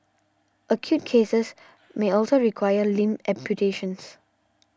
acute cases may also require limb amputations